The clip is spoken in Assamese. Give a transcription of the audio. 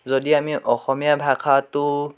যদি আমি অসমীয়া ভাষাটো